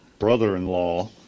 brother-in-law